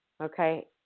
Okay